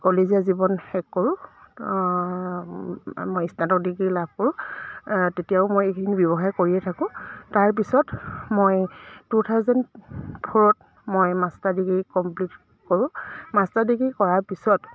কলেজীয়া জীৱন শেষ কৰোঁ মই স্নাতক ডিগ্ৰী লাভ কৰোঁ তেতিয়াও মই এইখিনি ব্যৱসায় কৰিয়ে থাকোঁ তাৰপিছত মই টু থাউজেণ্ড ফ'ৰত মই মাষ্টাৰ ডিগ্ৰী কমপ্লিট কৰোঁ মাষ্টাৰ ডিগ্ৰী কৰাৰ পিছত